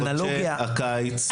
האנלוגיה -- בחודשי הקיץ,